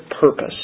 purpose